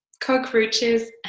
cockroaches